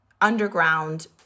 underground